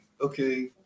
okay